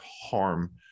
harm